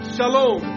Shalom